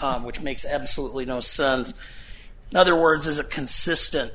negative which makes absolutely no sons other words as a consistent